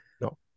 No